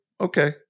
okay